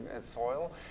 soil